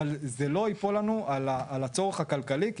אבל זה לא ייפול לנו על הצורך הכלכלי כי